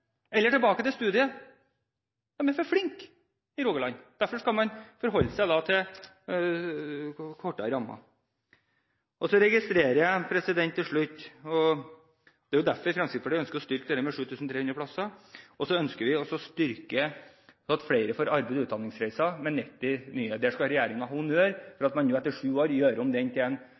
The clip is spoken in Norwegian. eller tilbake til studiet! De er for flinke i Rogaland, derfor skal man forholde seg til mindre rammer. Det er jo derfor Fremskrittspartiet ønsker å styrke dette med 7 300 plasser, og vi ønsker at flere får arbeids- og utdanningsreiser – vi styrker med 90 nye. Der skal regjeringen ha honnør for at man nå etter sju år gjør om den